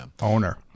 owner